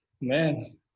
man